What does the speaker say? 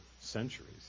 centuries